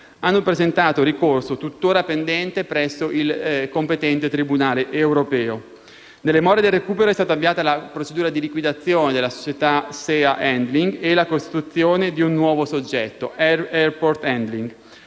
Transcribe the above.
hanno presentato ricorso - tuttora pendente - presso il competente tribunale europeo. Nelle more del recupero è stata avviata la procedura di liquidazione della società Sea Handling e la costituzione di un nuovo soggetto (Airport Handling).